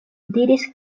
diris